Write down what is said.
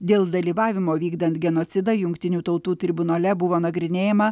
dėl dalyvavimo vykdant genocidą jungtinių tautų tribunole buvo nagrinėjama